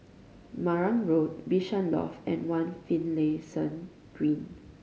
Marang Road Bishan Loft and One Finlayson Green